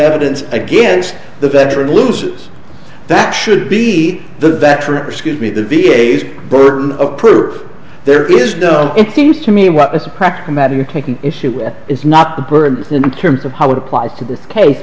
evidence against the veteran loses that should be the veteran scuse me the v a s burden of proof there is no it seems to me what as a practical matter you're taking issue with is not the birds in terms of how it applies to the case